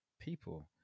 people